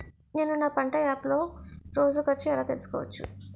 నేను నా పంట యాప్ లో రోజు ఖర్చు ఎలా తెల్సుకోవచ్చు?